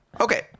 Okay